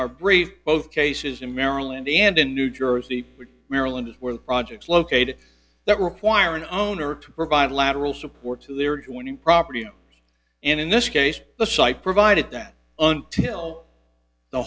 our brief both cases in maryland and in new jersey maryland where the projects located that require an owner to provide lateral support to their joining property and in this case the site provided that until the